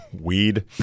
Weed